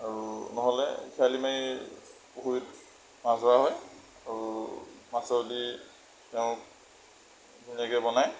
আৰু নহ'লে খেৱালি মাৰি পুখুৰীত মাছ ধৰা হয় আৰু মাছেদি তেওঁক ধুনীয়াকৈ বনাই